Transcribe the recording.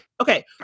Okay